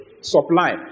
Supply